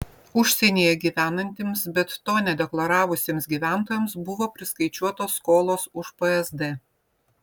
užsienyje gyvenantiems bet to nedeklaravusiems gyventojams buvo priskaičiuotos skolos už psd